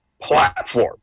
platform